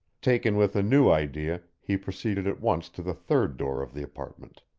taken with a new idea he proceeded at once to the third door of the apartment.